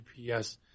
GPS